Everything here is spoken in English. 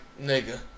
nigga